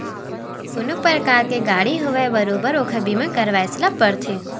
कोनो परकार के गाड़ी होवय बरोबर ओखर बीमा करवायच ल परथे